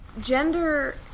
gender